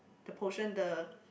the potion the